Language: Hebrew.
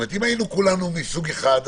אם היינו כולנו מסוג אחד,